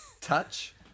Touch